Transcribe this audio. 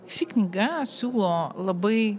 ši knyga siūlo labai